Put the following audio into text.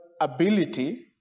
ability